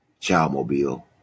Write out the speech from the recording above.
childmobile